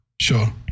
Sure